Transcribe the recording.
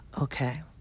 okay